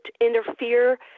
interfere